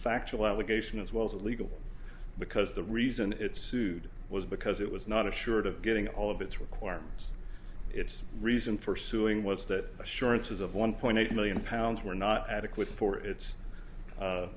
factual allegation as well as a legal because the reason it's sued was because it was not assured of getting all of its requirements its reason for suing was that assurances of one point eight million pounds were not adequate for its